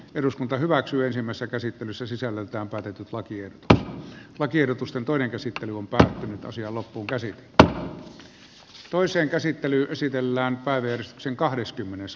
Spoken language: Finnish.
eduskunta ensimmäisessä käsittelyssä sisällöltään päätetyt lakia toki lakiehdotusten toinen käsittely on päättynyt osia loppuun käsi alhaalla toiseen käsittelyyn esitellään päivystysin kahdeskymmenes